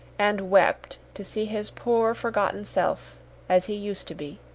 and wept to see his poor forgotten self as he used to be.